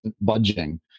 budging